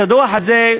את הדוח הזה,